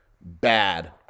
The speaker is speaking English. bad